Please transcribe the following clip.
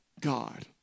God